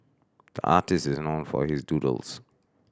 the artist is known for his doodles